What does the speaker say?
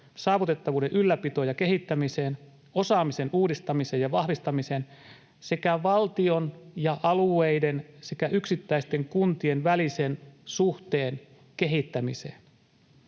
saavutettavuuden ylläpitoon ja kehittämiseen, osaamisen uudistamiseen ja vahvistamiseen sekä valtion ja alueiden sekä yksittäisten kuntien välisen suhteen kehittämiseen.